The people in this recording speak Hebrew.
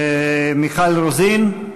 מיכל רוזין,